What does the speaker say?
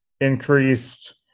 increased